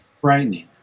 frightening